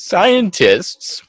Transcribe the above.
Scientists